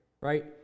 right